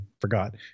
forgot